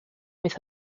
beth